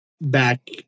back